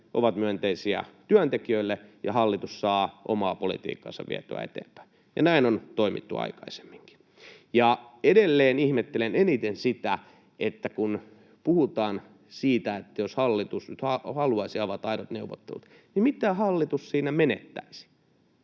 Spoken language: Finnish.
ovat myönteisiä työntekijöille, ja hallitus saa omaa politiikkaansa vietyä eteenpäin. Näin on toimittu aikaisemminkin. Edelleen ihmettelen eniten sitä, kun puhutaan siitä, että jos hallitus nyt haluaisi avata aidot neuvottelut, niin mitä hallitus siinä menettäisi.